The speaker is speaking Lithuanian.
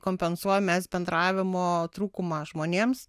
kompensuojam mes bendravimo trūkumą žmonėms